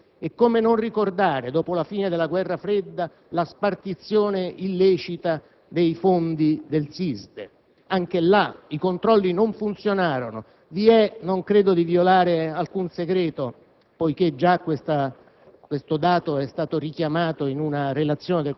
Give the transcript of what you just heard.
approvazione, del tutto inadeguata. Come non ricordare, dopo la fine della guerra fredda, la spartizione illecita dei fondi riservati del SISDE? Anche là i controlli non funzionarono. Non credo di violare alcun segreto, poiché già questo